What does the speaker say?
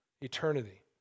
eternity